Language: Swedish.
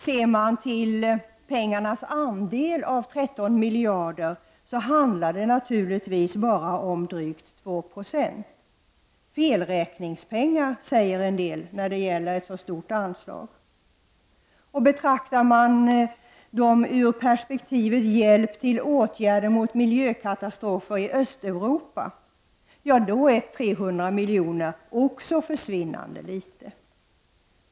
Ser man till pengarnas andel av 13 miljarder, handlar det naturligtvis bara om drygt 270. Felräkningspengar, säger en del, när det gäller ett så stort anslag. Betraktar man pengarna ur perspektivet ”hjälp till åtgärder mot miljökatastrofer i Östeuropa”, då är 300 miljoner också försvinnande litet.